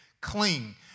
clean